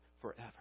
forever